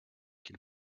qu’il